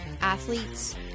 athletes